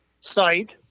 site